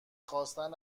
خواستن